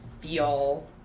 feel